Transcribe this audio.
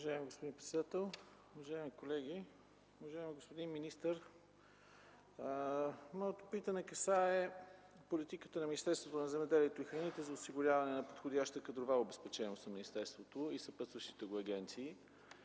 Уважаеми господин председател, уважаеми колеги! Уважаеми господин министър, моето питане касае политиката на Министерството на земеделието и храните за осигуряване на подходяща кадрова обезпеченост на министерството и съпътстващите го агенции.